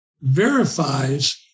verifies